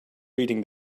reading